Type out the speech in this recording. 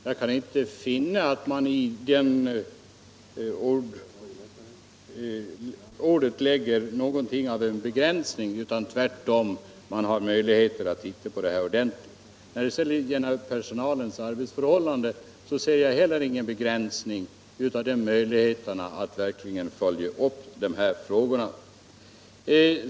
Jan kan inte finna att man i det här ordet lägger in en begränsning, utan man får tvärtom en möjlighet att titta på det här ordentligt. Vad beträffar personalens arbetsförhållanden ser jag inte heller någon begränsning, utan det gäller möjligheterna att verkligen följa upp de här frågorna.